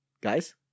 guys